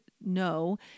no